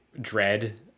dread